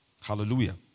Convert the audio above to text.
Hallelujah